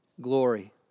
glory